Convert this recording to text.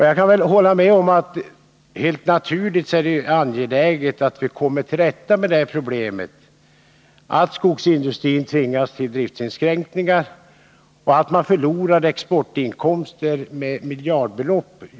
Jag kan hålla med om att det helt naturligt är angeläget att komma till rätta med problemen beträffande bristen på virkesråvara, som gör att skogsindustrin tvingas till driftsinskränkningar och förlorar exportinkomster på miljardbelopp.